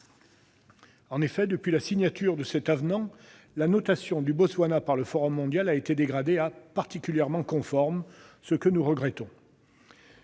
En effet, depuis la signature de cet avenant, la notation du Botswana par le Forum mondial a été dégradée à « partiellement conforme », ce que nous regrettons.